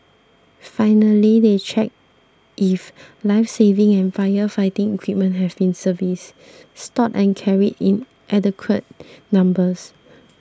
finally they check if lifesaving and firefighting equipment has been serviced stowed and carried in adequate numbers